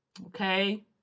Okay